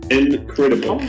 incredible